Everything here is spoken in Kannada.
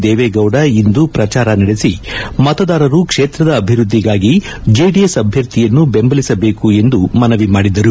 ದೇವೇಗೌಡ ಇಂದು ಪ್ರಚಾರ ನಡೆಸಿ ಮತದಾರರು ಕ್ಷೇತ್ರದ ಅಭಿವೃದ್ಧಿಗಾಗಿ ಜೆಡಿಎಸ್ ಅಭ್ಯರ್ಥಿಯನ್ನು ಬೆಂಬಲಿಸಬೇಕು ಎಂದು ಮನವಿ ಮಾದಿದರು